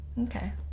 okay